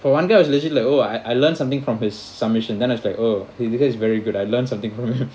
for one guy I was legit like oh I I learned something from his submission then it's like oh this is very good I learn something from him